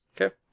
Okay